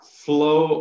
flow